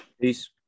Peace